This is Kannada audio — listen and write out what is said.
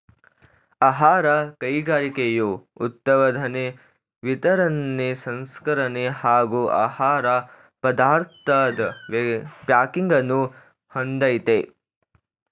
ಆಹಾರ ಕೈಗಾರಿಕೆಯು ಉತ್ಪಾದನೆ ವಿತರಣೆ ಸಂಸ್ಕರಣೆ ಹಾಗೂ ಆಹಾರ ಪದಾರ್ಥದ್ ಪ್ಯಾಕಿಂಗನ್ನು ಹೊಂದಯ್ತೆ